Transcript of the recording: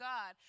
God